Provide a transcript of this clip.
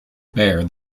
bear